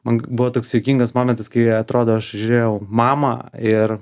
man buvo toks juokingas momentas kai atrodo aš žiūrėjau mamą ir